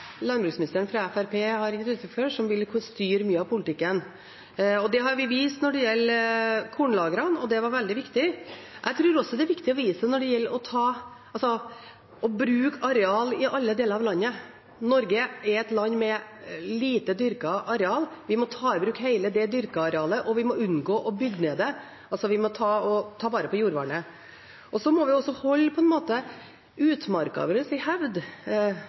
landbruksministeren fra Fremskrittspartiet har gitt uttrykk for. Det vil kunne styre mye av politikken. Det har vi vist når det gjelder kornlagrene, og det var veldig viktig. Jeg tror også dette er viktig når det gjelder å bruke areal i alle deler av landet. Norge er et land med lite dyrket areal. Vi må ta i bruk hele det dyrkede arealet, og vi må unngå å bygge det ned. Vi må altså ta vare på jordvernet. Vi må også holde utmarka vår i hevd.